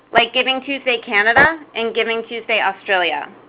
like givingtuesday canada and givingtuesday australia.